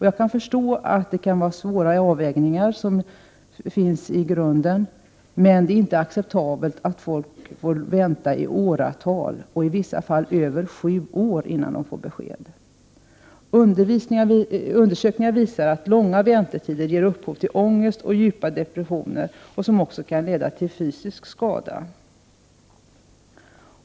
Jag förstår att det kan vara svåra avvägningar, men det är inte acceptabelt att folk får vänta i åratal, och i vissa fall över sju år, innan de får besked. Undersökningar visar att långa väntetider ger upphov till ångest och djupa depressioner, som också kan leda till fysisk skada.